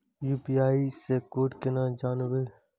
UPI से code केना जानवै?